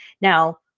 Now